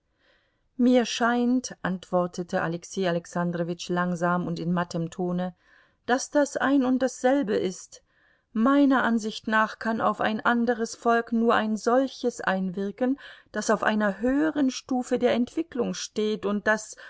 mir scheint antwortete alexei alexandrowitsch langsam und in mattem tone daß das ein und dasselbe ist meiner ansicht nach kann auf ein anderes volk nur ein solches einwirken das auf einer höheren stufe der entwicklung steht und das